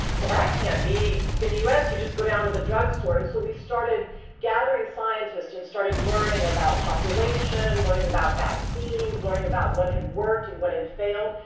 well that can't be. in the u s, you just go down to the drug store. and so we started gathering scientists and started learning about population, learning about vaccines, learning about what had worked and what had failed,